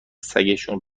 سگشون